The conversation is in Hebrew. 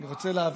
אני רוצה להבהיר,